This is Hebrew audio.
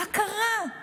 מה קרה?